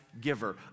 giver